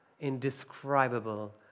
indescribable